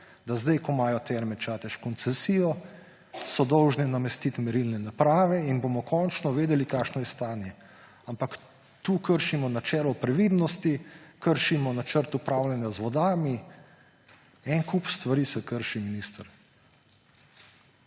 da sedaj, ko imajo Terme Čatež koncesijo, so dolžne namestiti merilne naprave in bomo končno vedeli, kakšno je stanje. Ampak tu kršimo načelo previdnosti, kršimo načrt upravljanja z vodami. En kup stvari se krši, minister.